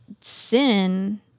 sin